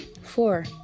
four